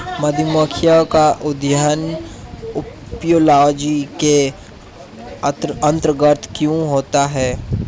मधुमक्खियों का अध्ययन एपियोलॉजी के अंतर्गत क्यों होता है?